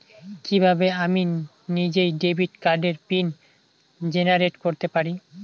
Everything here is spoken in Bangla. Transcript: কিভাবে আমি নিজেই ডেবিট কার্ডের পিন জেনারেট করতে পারি?